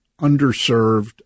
underserved